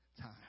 time